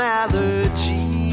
allergies